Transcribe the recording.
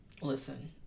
listen